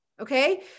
okay